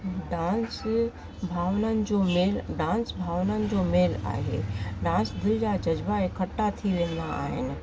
dance भावनाउनि जो मेल डांस भावनाइनि जो मेल आहे डांस जज़्बा एकठा थी वेंदा आहिनि